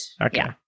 okay